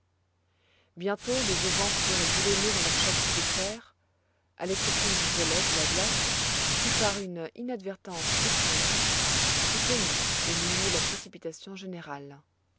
bientôt les auvents furent boulonnés dans leurs châssis de fer à l'exception du volet de la glace qui par une inadvertance étrange fut omis au milieu de la précipitation générale